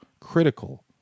critical